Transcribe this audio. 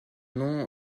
nom